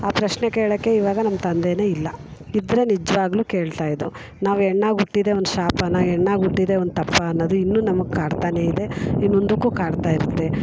ಆ ಪ್ರಶ್ನೆ ಕೇಳೋಕ್ಕೆ ಇವಾಗ ನಮ್ಮ ತಂದೆಯೇ ಇಲ್ಲ ಇದ್ದರೆ ನಿಜವಾಗ್ಲೂ ಕೇಳ್ತಾಯಿದ್ದೋ ನಾವು ಹೆಣ್ಣಾಗಿ ಹುಟ್ಟಿದ್ದೆ ಒಂದು ಶಾಪನ ಹೆಣ್ಣಾಗಿ ಹುಟ್ಟಿದ್ದೆ ಒಂದು ತಪ್ಪಾ ಅನ್ನೋದು ಇನ್ನೂ ನಮಗೆ ಕಾಡ್ತನೇ ಇದೆ ಇನ್ನು ಮುಂದಕ್ಕೂ ಕಾಡ್ತಾಯಿರುತ್ತೆ